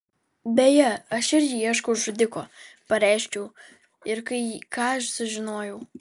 beje aš irgi ieškau žudiko pareiškiau ir kai ką sužinojau